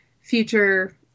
future